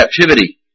captivity